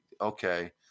okay